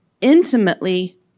intimately